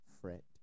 fret